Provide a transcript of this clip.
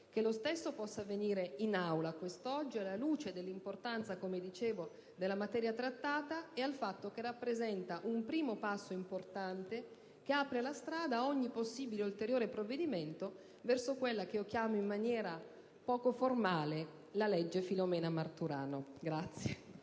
che lo stesso possa avvenire in Aula quest'oggi, alla luce dell'importanza della materia trattata e del fatto che il provvedimento rappresenta un primo passo importante che apre la strada ad ogni possibile ulteriore provvedimento verso quella che io chiamo, in maniera poco formale, la legge Filomena Marturano.